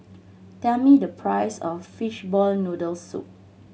tell me the price of fishball noodle soup